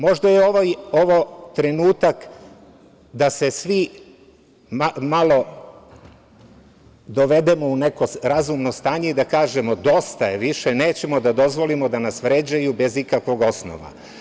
Možda je ovo trenutak da se svi malo dovedemo u neko razumno stanje i da kažemo - dosta je više, nećemo da dozvolimo da nas vređaju bez ikakvog osnova.